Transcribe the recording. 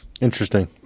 interesting